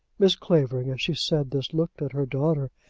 mrs. clavering as she said this looked at her daughter,